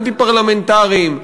אנטי-פרלמנטריים,